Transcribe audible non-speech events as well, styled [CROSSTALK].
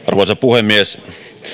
[UNINTELLIGIBLE] arvoisa puhemies